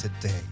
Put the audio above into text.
today